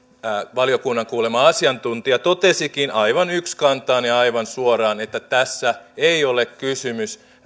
valiokunnan kuulema asiantuntija totesikin aivan yksikantaan ja aivan suoraan että tässä ei ole kysymys